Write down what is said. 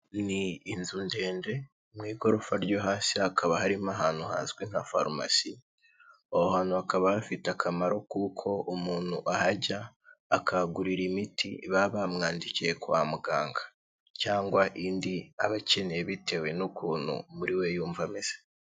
Ni inzu ndende mu igorofa ryo hasi hakaba harimo ahantu hazwi nka farumasi, aho hakaba hafite akamaro kuko umuntu ahajya akahagurira imiti baba bamwandikiye kwa muganga cyangwa indi aba akeneye bitewe n'ukuntu muri we yumva ameze.